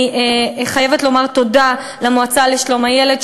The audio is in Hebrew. אני חייבת לומר תודה למועצה לשלום הילד,